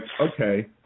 okay